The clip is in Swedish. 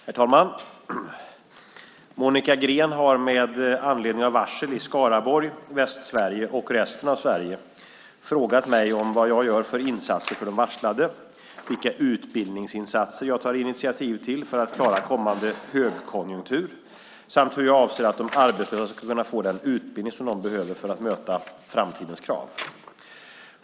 Herr talman! Monica Green har med anledning av varsel i Skaraborg, Västsverige och resten av Sverige frågat mig vad jag gör för insatser för de varslade, vilka utbildningsinsatser jag tar initiativ till för att klara kommande högkonjunktur samt hur jag avser att se till att de arbetslösa ska kunna få den utbildning som de behöver för att möta framtidens krav.